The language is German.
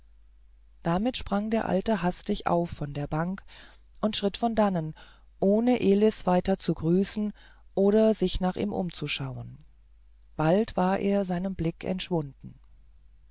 damit sprang der alte hastig auf von der bank und schritt von dannen ohne elis weiter zu grüßen oder sich nach ihm umzuschauen bald war er seinem blick entschwunden